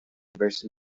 reverse